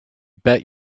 bet